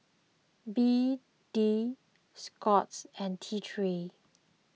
B D Scott's and T three